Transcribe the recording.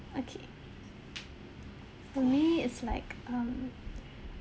okay for me it's like um